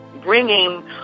bringing